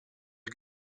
you